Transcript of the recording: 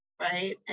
Right